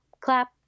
clap